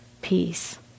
peace